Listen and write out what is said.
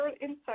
insight